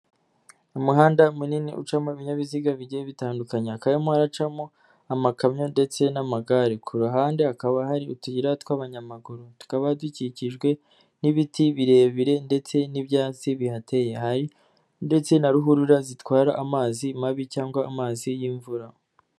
Umuhanda munini ucamo ibinyabiziga bijyiye bitandukanye. Hakaba harimo haracamo amakamyo ndetse n'amagare. Ku ruhande hakaba hari utuyira tw'abanyamaguru. Tukaba dukikijwe n'ibiti birebire ndetse n'ibyatsi bihateye. Hari ndetse na ruhurura zitwara amazi mabi cyangwa amazi y'imvura.